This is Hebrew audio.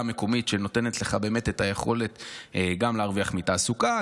מקומית שנותנת לך באמת את היכולת גם להרוויח מתעסוקה,